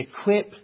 Equip